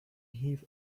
him